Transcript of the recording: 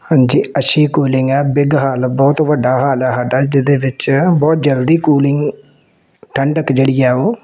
ਹਾਂਜੀ ਅੱਛੀ ਕੂਲਿੰਗ ਹੈ ਬਿਗ ਹਾਲ ਬਹੁਤ ਵੱਡਾ ਹਾਲ ਹੈ ਸਾਡਾ ਜਿਹਦੇ ਵਿੱਚ ਬਹੁਤ ਜਲਦੀ ਕੂਲਿੰਗ ਠੰਢਕ ਜਿਹੜੀ ਆ ਉਹ